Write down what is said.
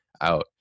out